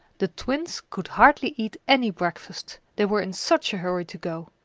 the twins could hardly eat any breakfast, they were in such a hurry to go.